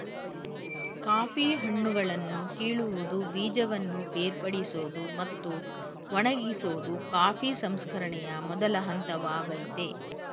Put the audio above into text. coffee ಹಣ್ಣುಗಳನ್ನು ಕೀಳುವುದು ಬೀಜವನ್ನು ಬೇರ್ಪಡಿಸೋದು ಮತ್ತು ಒಣಗಿಸೋದು ಕಾಫಿ ಸಂಸ್ಕರಣೆಯ ಮೊದಲ ಹಂತವಾಗಯ್ತೆ